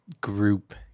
group